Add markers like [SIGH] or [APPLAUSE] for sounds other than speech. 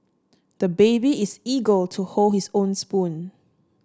the baby is [UNINTELLIGIBLE] to hold his own spoon